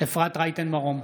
אפרת רייטן מרום,